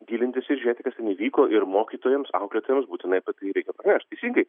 gilintis ir žiūrėti kas ten įvyko ir mokytojams auklėtojams būtinai apie tai reikia pranešt teisingai